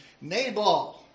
Nabal